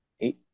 eight